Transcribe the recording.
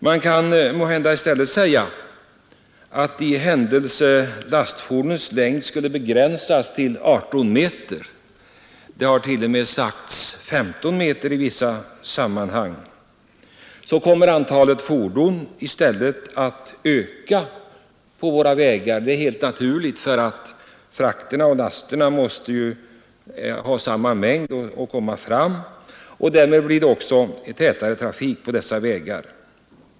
Man kan måhända i stället säga att i händelse lastfordonens längd skulle begränsas till 18 meter — det har t.o.m. sagts 15 meter i vissa sammanhang — så kommer antalet fordon att öka. Det är helt naturligt, för den mängd som skall fraktas blir ju lika stor, och därmed blir det tätare trafik på våra vägar.